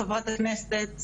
חברת הכנסת,